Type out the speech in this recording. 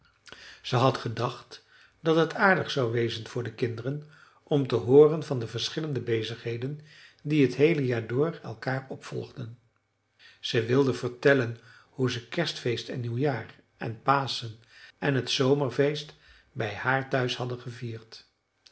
ze had gedacht dat het aardig zou wezen voor de kinderen om te hooren van de verschillende bezigheden die t heele jaar door elkaar opvolgden ze wilde vertellen hoe ze kerstfeest en nieuwjaar en paschen en t zomerfeest bij haar thuis hadden gevierd